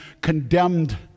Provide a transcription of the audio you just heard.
condemned